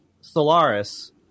solaris